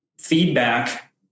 feedback